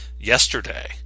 yesterday